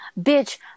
bitch